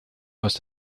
must